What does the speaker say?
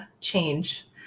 change